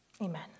Amen